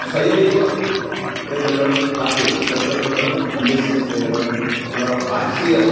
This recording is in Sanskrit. स्वयमेव प्रेरणा प्राप्यते तत्र पुनः अन्यस्य प्रेरणा अत्वा बाह्य